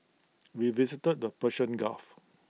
we visited the Persian gulf